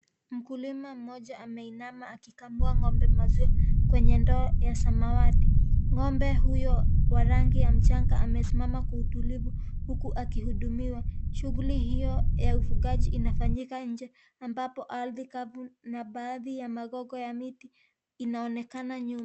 Mkulima mmoja ameinama akikamua ng'ombe maziwa kwenye ndoo ya rangi ya samawati, ng'ombe huyo wa rangi ya mchanga amesimama kwa utulivu huku akihudumiwa, shughuli hiyo ya ufugaji inafanyika nje ambapo ardhi kavu na baadhi ya magogo ya miti inaonekana nyuma.